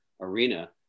arena